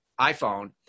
iPhone